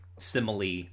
simile